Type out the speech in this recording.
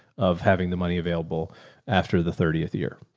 of having the money available after the thirtieth year.